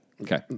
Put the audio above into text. Okay